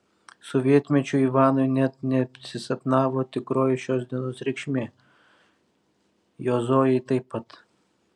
sovietmečiu ivanui net nesisapnavo tikroji šios dienos reikšmė jo zojai taip pat